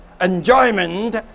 enjoyment